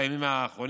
בימים האחרונים,